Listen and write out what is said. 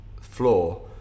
floor